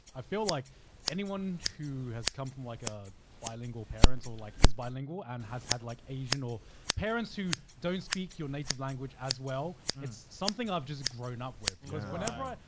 i feel like anyone who has come from like a bilingual parents or like is bilingual and has had like asian, or parents who don't speak your native language as well, it's something i've just grown up with. cause whenever i,